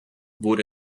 wurde